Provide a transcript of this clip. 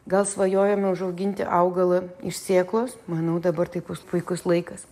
gal svajojame užauginti augalą iš sėklos manau dabar tai bus puikus laikas